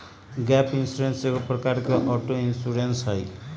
gap insurance एगो प्रकार के ऑटो इंश्योरेंस हइ